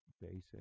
basic